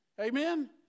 Amen